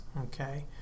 okay